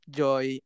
joy